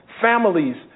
families